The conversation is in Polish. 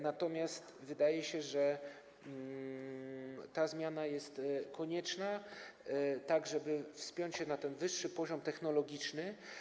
Natomiast wydaje się, że ta zmiana jest konieczna, tak żeby wspiąć się na wyższy poziom technologiczny.